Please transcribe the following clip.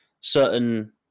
certain